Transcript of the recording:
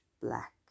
black